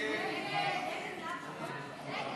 ההצעה